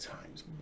times